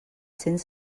cents